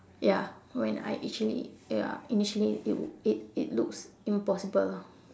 ya when I actually ya initially it w~ it it looks impossible lah